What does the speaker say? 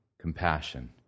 compassion